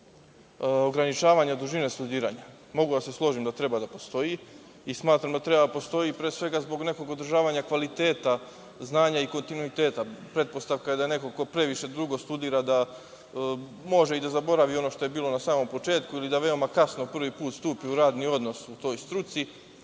ograničavanja dužine studiranja? Mogu da se složim da treba da postoji i smatram da treba da postoji, pre svega zbog nekog održavanja kvaliteta znanja i kontinuiteta. Pretpostavka je da neko ko previše dugo studira može i da zaboravi ono što je bilo na samom početku, ili da veoma kasno prvi put stupi u radni odnos u toj struci